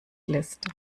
lässt